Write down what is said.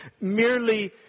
merely